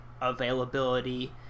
availability